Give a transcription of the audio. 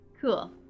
Cool